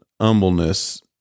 humbleness